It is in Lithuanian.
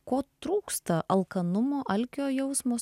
ko trūksta alkanumo alkio jausmo